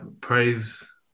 Praise